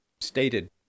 stated